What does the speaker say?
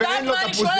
אני יודעת מה אני שואלת.